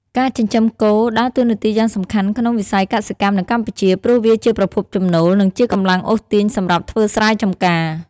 ការចិញ្ចឹមគោដើរតួនាទីយ៉ាងសំខាន់ក្នុងវិស័យកសិកម្មនៅកម្ពុជា ព្រោះវាជាប្រភពចំណូល និងជាកម្លាំងអូសទាញសម្រាប់ធ្វើស្រែចម្ការ។